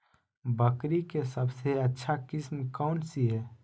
बकरी के सबसे अच्छा किस्म कौन सी है?